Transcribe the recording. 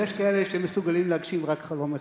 ויש כאלה שמסוגלים להגשים רק חלום אחד,